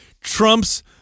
Trump's